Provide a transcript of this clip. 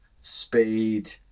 speed